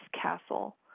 castle